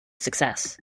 success